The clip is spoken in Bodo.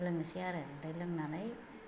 लोंनोसै आरो आमफ्राय लोंनानै